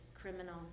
criminal